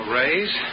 raise